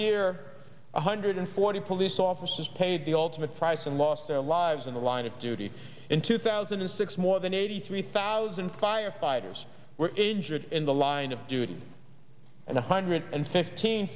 year one hundred forty police officers paid the ultimate price and lost their lives in the line of duty in two thousand and six more than eighty three thousand firefighters were injured in the line of duty and a hundred and fifteen